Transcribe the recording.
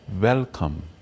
welcome